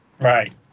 right